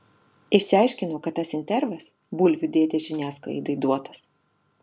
išsiaiškinau kad tas intervas bulvių dėdės žiniasklaidai duotas